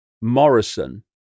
Morrison